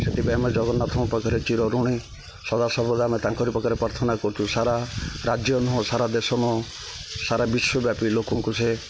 ସେଥିପାଇଁ ଆମେ ଜଗନ୍ନାଥଙ୍କ ପାଖରେ ଚିର ଋଣୀ ସଦା ସର୍ବଦା ଆମେ ତାଙ୍କରି ପାଖରେ ପ୍ରାର୍ଥନା କରୁଛୁ ସାରା ରାଜ୍ୟ ନୁହଁ ସାରା ଦେଶ ନୁହଁ ସାରା ବିଶ୍ୱବ୍ୟାପୀ ଲୋକଙ୍କୁ ସେ